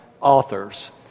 authors